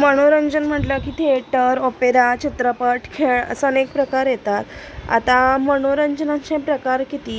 मनोरंजन म्हटलं की थिएटर ऑपेरा चित्रपट खेळ असं अनेक प्रकार येतात आता मनोरंजनाचे प्रकार किती